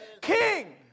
King